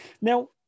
Now